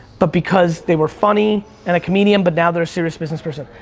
but because they were funny, and a comedian, but now they are a serious business person,